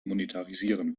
monetarisieren